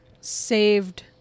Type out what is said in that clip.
saved